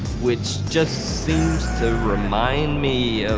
which just seems to remind me of